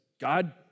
God